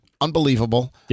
unbelievable